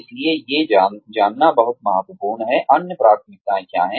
इसलिए ये जानना बहुत महत्वपूर्ण है अन्य प्राथमिकताएं क्या हैं